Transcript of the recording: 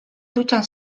dutxan